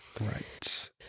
Right